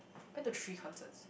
went to three concerts